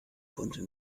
konnte